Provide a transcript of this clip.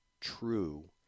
true